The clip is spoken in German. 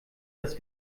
das